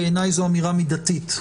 בעיניי זאת אמירה מידתית,